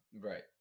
Right